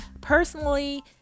personally